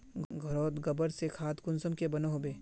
घोरोत गबर से खाद कुंसम के बनो होबे?